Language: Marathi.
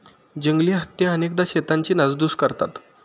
जंगली हत्ती अनेकदा शेतांची नासधूस करतात